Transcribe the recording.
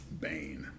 Bane